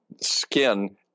skin